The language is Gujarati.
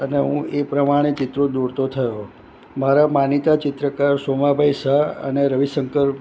અને હું એ પ્રમાણે ચિત્રો દોરતો થયો મારા માનીતા ચિત્રકાર સોમાભાઈ શાહ અને રવિ શંકર